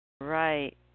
Right